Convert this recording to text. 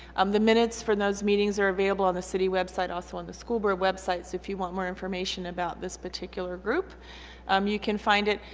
um the minutes for those meetings are available on the city website also on the school board web site so if you want more information about this particular group um you can find it.